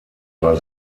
war